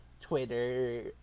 twitter